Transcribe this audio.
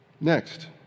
Next